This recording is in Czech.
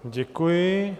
Děkuji.